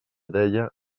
deia